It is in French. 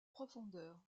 profondeur